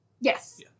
Yes